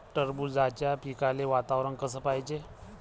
टरबूजाच्या पिकाले वातावरन कस पायजे?